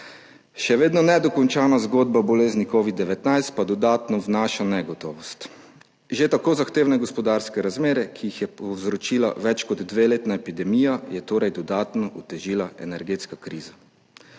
še vedno nedokončana zgodba o bolezni covid-19 pa dodatno vnaša negotovost. Že tako zahtevne gospodarske razmere, ki jih je povzročila več kot dveletna epidemija, je torej dodatno otežila energetska kriza,